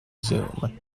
zoom